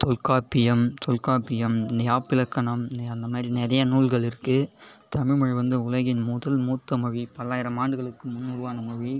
தொல்காப்பியம் தொல்காப்பியம் யாப்பிலக்கணம் அந்த மாதிரி நிறைய நூல்கள் இருக்குது தமிழ்மொழி வந்து உலகின் முதல் மூத்த மொழி பல்லாயிரம் ஆண்டுகளுக்கு முன் உருவான மொழி